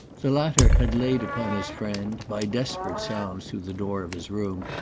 the latter had laid upon his friend, by desperate sounds through the door of his room,